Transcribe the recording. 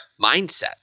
mindset